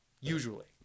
Usually